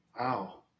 wow